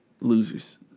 losers